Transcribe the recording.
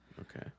Okay